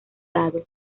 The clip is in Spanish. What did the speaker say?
dado